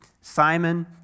Simon